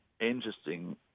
interesting